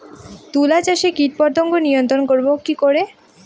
তুলা চাষে কীটপতঙ্গ নিয়ন্ত্রণর করব কি করে?